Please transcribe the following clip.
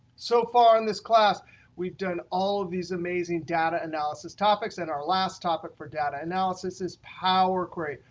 so far in this class we've done all of these amazing data analysis topics. and our last topic for data analysis is power query,